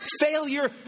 failure